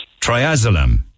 Triazolam